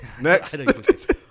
Next